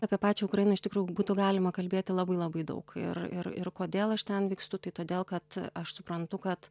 apie pačią ukrainą iš tikrųjų būtų galima kalbėti labai labai daug ir ir ir kodėl aš ten vykstu tai todėl kad aš suprantu kad